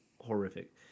horrific